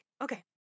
okay